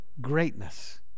greatness